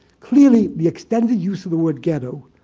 clearly, the extended use of the word ghetto,